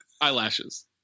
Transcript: eyelashes